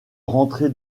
rentré